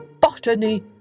Botany